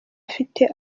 afite